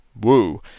Woo